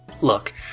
Look